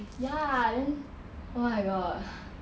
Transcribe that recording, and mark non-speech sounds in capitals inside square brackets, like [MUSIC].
ya then oh my god [BREATH]